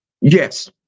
Yes